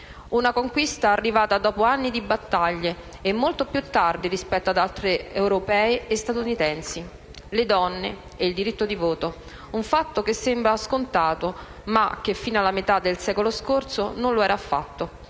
una conquista arrivata dopo anni di battaglie e molto più tardi rispetto ad altre donne europee e statunitensi. Le donne e il diritto di voto: è un fatto che sembra scontato, ma fino alla metà del secolo scorso non lo era affatto.